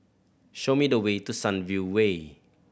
show me the way to Sunview Way